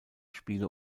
spiele